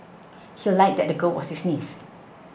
he lied that the girl was his niece